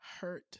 hurt